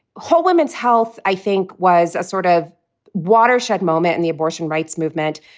whole women's health, i think, was a sort of watershed moment in the abortion rights movement.